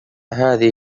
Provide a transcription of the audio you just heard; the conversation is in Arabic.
هذه